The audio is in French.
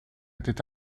était